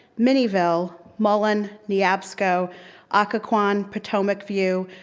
minnieville, mullen, neabsco, occoquan, potomac view,